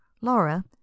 Laura